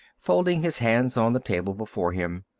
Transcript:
folding his hands on the table before him.